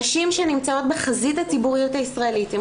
נשים שנמצאות בחזית הציבוריות הישראלית עם